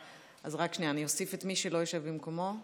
אני אוסיף את מי שלא יושב במקומו.